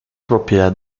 propiedad